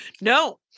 No